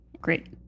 great